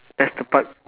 that's the part